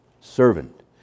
servant